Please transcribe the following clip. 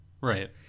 Right